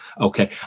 Okay